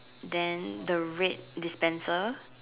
then the red dispenser